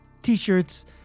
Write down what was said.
T-shirts